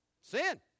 Sin